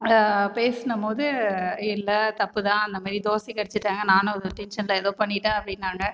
பேசுன போது இல்லை தப்பு தான் இந்த மாதிரி தோசைக்கு அடிச்சுட்டாங்க நானும் ஒரு டென்ஷனில் ஏதோ பண்ணிட்டேன் அப்படினாங்க